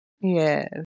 yes